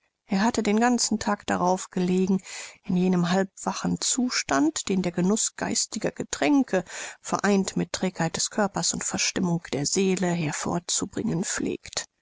er hatte den ganzen tag darauf gelegen in jenem halbwachen zustand den der genuß geistiger getränke vereint mit trägheit des körpers und verstimmung der seele hervorzubringen pflegt